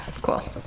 cool